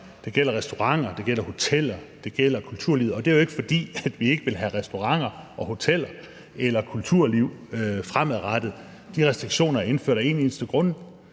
Det gælder restauranter, det gælder hoteller, det gælder kulturlivet, og det er jo ikke, fordi vi ikke vil have restauranter, hoteller eller kulturliv fremadrettet. De restriktioner er indført af en eneste grund: